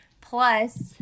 plus